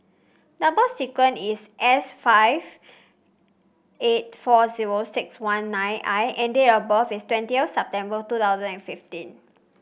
number sequence is S five eight four zero six one nine I and date of birth is twentieth September two thousand and fifty